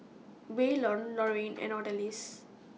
Waylon Lorin and Odalys